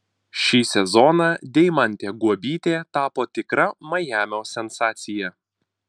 šį sezoną deimantė guobytė tapo tikra majamio sensacija